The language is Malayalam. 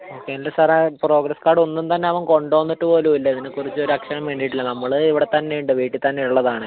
ഓക്കെ എൻ്റെ സാറേ പ്രോഗ്രസ്സ് കാർഡ് ഒന്നും തന്നെ അവൻ കൊണ്ടുവന്നിട്ട് പോലും ഇല്ല ഇതിനെ കുറിച്ച് ഒരു അക്ഷരം മിണ്ടിയിട്ടില്ല നമ്മൾ ഇവിടെത്തന്നെ ഉണ്ട് വീട്ടിൽ തന്നെ ഉള്ളതാണ്